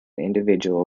individual